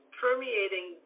permeating